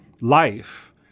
life